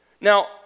Now